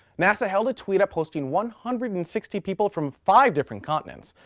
nasa held a tweetup hosting one hundred and sixty people from five different continents.